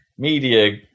media